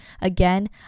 again